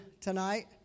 tonight